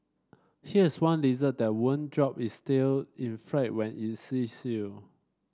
here's one lizard that won't drop its tail in fright when it sees you